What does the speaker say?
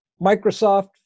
Microsoft